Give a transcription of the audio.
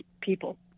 people